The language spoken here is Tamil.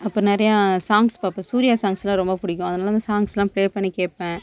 அப்புறம் நிறையா சாங்ஸ்லாம் பார்பேன் சூர்யா சாங்ஸ்லாம் ரொம்ப பிடிக்கும் அதனால் அந்த சாங்ஸ்லாம் ப்ளே பண்ணிக்கேட்பேன்